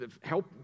help